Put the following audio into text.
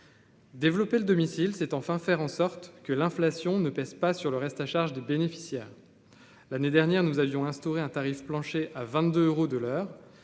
Développer le domicile, c'est enfin faire en sorte que l'inflation ne pèse pas sur le reste à charge de bénéficiaires l'année dernière nous avions instauré un tarif plancher à 22 euros de l'heure